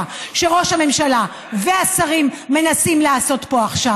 שראש הממשלה והשרים מנסים לעשות פה עכשיו.